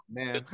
man